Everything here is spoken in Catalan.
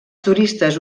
turistes